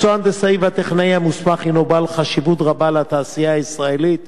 מקצוע ההנדסאי והטכנאי המוסמך הינו בעל חשיבות רבה לתעשייה הישראלית,